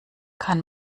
kann